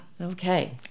Okay